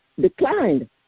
declined